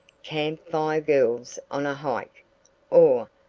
campfire girls' on a hike or,